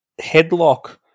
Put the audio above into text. headlock